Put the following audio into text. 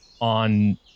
on